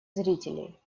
зрителей